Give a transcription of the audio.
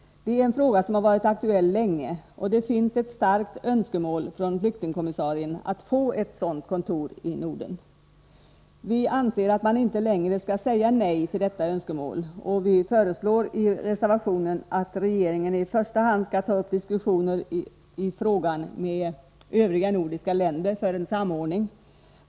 Det är en fråga som varit aktuell länge, och det finns ett starkt önskemål från flyktingkommissarien att få ett sådant kontor i Norden. Vi anser att man inte längre skall säga nej till detta önskemål, och vi föreslår i reservationen att regeringen i första hand skall ta upp diskussioner i frågan med övriga nordiska länder för en samordning.